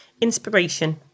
Inspiration